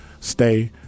stay